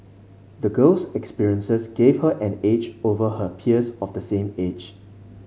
the girl's experiences gave her an edge over her peers of the same age